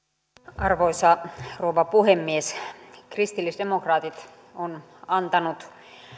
arvoisa rouva puhemies kristillisdemokraatit on antanut